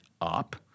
up